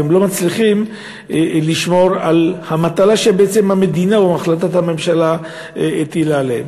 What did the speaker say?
הם לא מצליחים לבצע את המטלה שהמדינה או החלטת הממשלה הטילה עליהם.